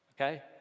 okay